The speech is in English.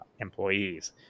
employees